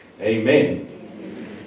Amen